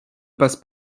passe